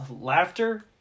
Laughter